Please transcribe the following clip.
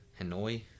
Hanoi